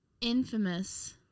Infamous